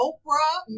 Oprah